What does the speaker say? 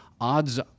odds